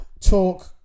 talk